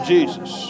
Jesus